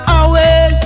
away